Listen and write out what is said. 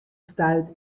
stuit